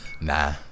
Nah